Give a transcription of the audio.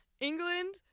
england